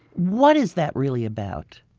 what is that really about?